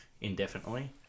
indefinitely